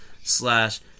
slash